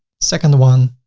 second one,